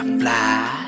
fly